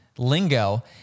lingo